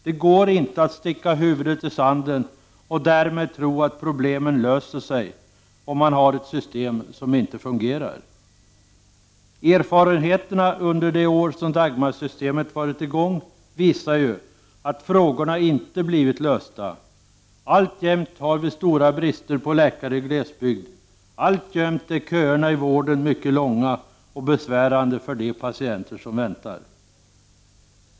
Det går inte att sticka huvudet i sanden och tro att problemen därmed blir lösta när man har ett system som inte fungerar. Erfarenheterna under de år som Dagmarsystemet har varit i bruk visar att frågorna inte blivit lösta. Alltjämt är det stor brist på läkare i glesbygden. Alltjämt är köerna i vården mycket långa och besvärande för de patienter som väntar.